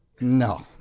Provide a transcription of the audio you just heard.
No